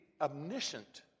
omniscient